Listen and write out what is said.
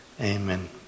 Amen